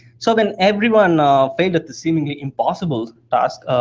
so when everyone failed at the seemingly impossible task,